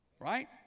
Right